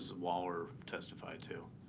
waller testified to?